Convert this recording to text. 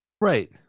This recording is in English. Right